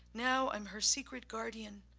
now i'm her secret guardian,